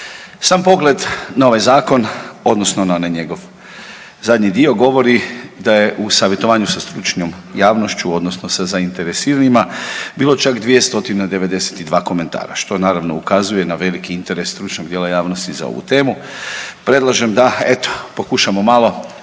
Sam pogled na ovaj zakon odnosno na onaj njegov zadnji dio govori da je u savjetovanju sa stručnom javnošću odnosno sa zainteresiranima bilo čak 292 komentara, što naravno ukazuje na veliki interes stručnog dijela javnosti za ovu temu. Predlažem da eto pokušamo malo